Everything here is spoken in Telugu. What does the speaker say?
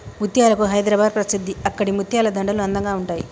ముత్యాలకు హైదరాబాద్ ప్రసిద్ధి అక్కడి ముత్యాల దండలు అందంగా ఉంటాయి